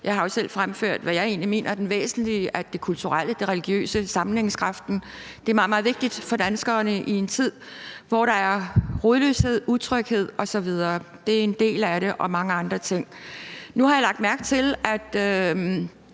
Jeg har jo selv fremført, hvad jeg egentlig mener er det væsentlige, altså det kulturelle, det religiøse og sammenhængskraften. Det er meget, meget vigtigt for danskerne i en tid, hvor der er rodløshed, utryghed osv. Det er en del af det, og der er også mange andre ting. Nu har jeg lagt mærke til, at